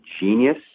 genius